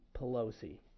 Pelosi